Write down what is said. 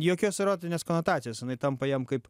jokios erotinės konotacijos jinai tampa jam kaip